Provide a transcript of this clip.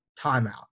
timeout